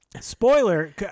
Spoiler